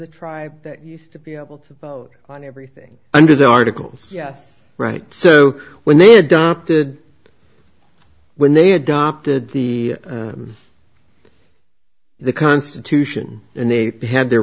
the tribe that used to be able to vote on everything under the articles yes right so when they adopted when they adopted the the constitution and they had their